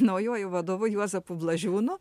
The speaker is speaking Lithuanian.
naujuoju vadovu juozapu blažiūnu